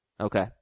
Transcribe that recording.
Okay